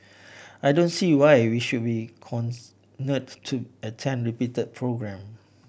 I don't see why we should be to attend repeat programme